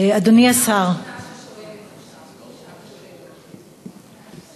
אדוני השר, האישה הראשונה ששואלת עכשיו.